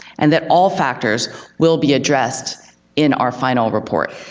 and that all factors will be addressed in our final report.